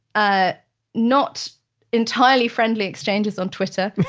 ah not entirely friendly exchanges on twitter